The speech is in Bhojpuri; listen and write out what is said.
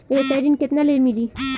व्यवसाय ऋण केतना ले मिली?